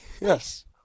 Yes